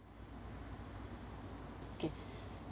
okay